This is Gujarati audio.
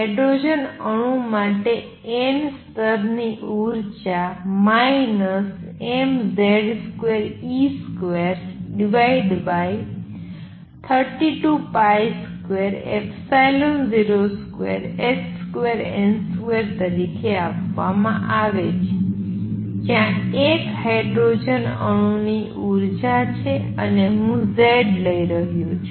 હાઇડ્રોજન અણુ માટે n સ્તરની ઉર્જા mz2e432202h2n2 તરીકે આપવામાં આવે છે જ્યાં એક હાઇડ્રોજન અણુની ઉર્જા છે અને હું Z લઈ રહ્યો છું